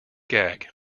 gag